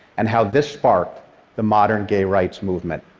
and how this sparked the modern gay rights movement.